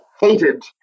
hated